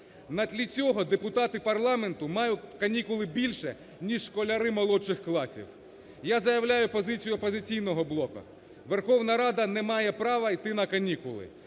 На тлі цього депутати парламенту мають канікули більше, ніж школярі молодших класів. Я заявляю позицію "Опозиційного блоку": Верховна Рада не має права йти на канікули,